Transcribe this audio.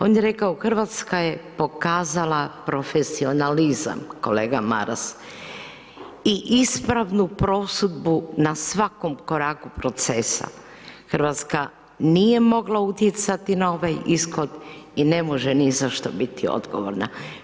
On je rekao Hrvatska je pokazala profesionalizam, kolega Maras i ispravnu prosudbu na svakom koraku procesa, Hrvatska nije mogla utjecati na ovaj ishod i ne može ni za što biti odgovorna.